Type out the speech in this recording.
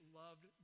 loved